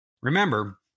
Remember